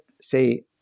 say